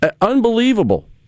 Unbelievable